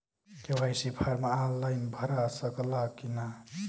KYC form online भरा सकला की ना?